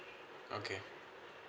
okay